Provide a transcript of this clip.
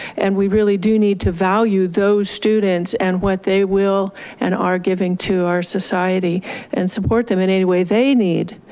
and we really do need to value those students and what they will and are giving to our society and support them in any way they need,